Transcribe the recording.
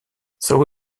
sao